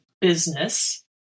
business